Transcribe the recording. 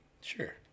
Sure